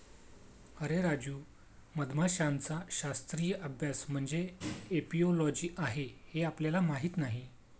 अरे राजू, मधमाशांचा शास्त्रीय अभ्यास म्हणजे एपिओलॉजी आहे हे आपल्याला माहीत नाही